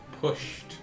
pushed